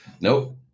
Nope